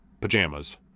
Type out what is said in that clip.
Pajamas